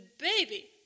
baby